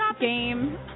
game